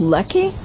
Lucky